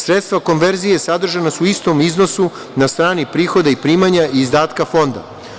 Sredstva konverzije sadržana su u istom iznosu na strani prihoda i primanja i izdatka Fonda.